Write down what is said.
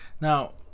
Now